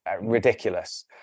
ridiculous